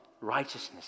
righteousness